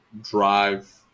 drive